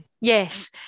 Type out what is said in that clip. Yes